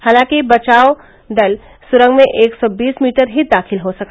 हालांकि बचाव दल सुरंग में एक सौ बीस मीटर ही दाखिल हो सका